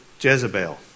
Jezebel